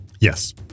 Yes